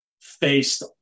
faced